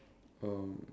um